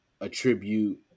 attribute